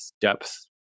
depth